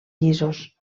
llisos